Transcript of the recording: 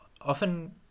Often